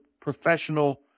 professional